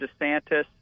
DeSantis